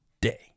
day